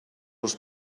els